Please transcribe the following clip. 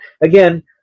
again